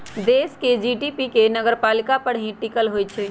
देश के जी.डी.पी भी नगरपालिका पर ही टिकल होई छई